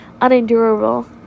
unendurable